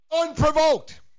unprovoked